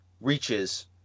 reaches